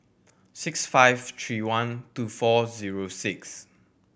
six five three one two four zero six